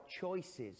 choices